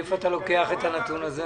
מאיפה אתה לוקח את הנתון הזה?